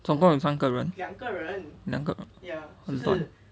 总共有三个人两个很乱